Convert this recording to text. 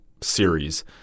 series